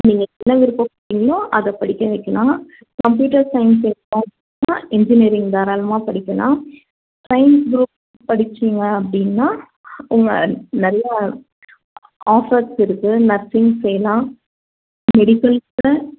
நீங்கள் என்ன விருப்பப்படுறீங்களோ அதை படிக்க வைக்கலாம் கம்ப்யூட்டர் சைன்ஸ் எடுத்திங்கன்னா இன்ஜினியரிங் தாராளமாக படிக்கலாம் சைன்ஸ் குரூப் படித்தீங்க அப்படின்னா உங்கள் நல்ல ஆஃபர்ஸ் இருக்குது நர்சிங் செய்யலாம் மெடிக்கல் கூட